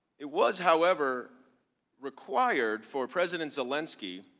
it was however required for president zelensky